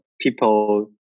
people